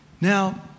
Now